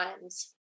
times